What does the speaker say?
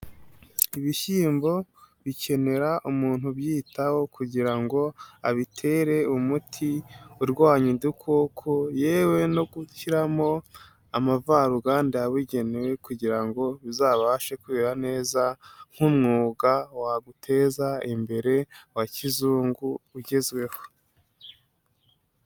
Ibishyimbo bikenera umuntu ubyitaho kugira ngo abitere umuti urwanya udukoko yewe, no gushyiramo amavaruganda yabugenewe kugira ngo bizabashe kwera neza nk'umwuga waguteza imbere wa kizungu ugezweho.